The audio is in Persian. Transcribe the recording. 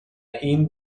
این